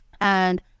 And-